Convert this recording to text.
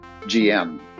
GM